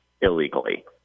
illegally